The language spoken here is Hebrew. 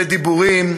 בדיבורים,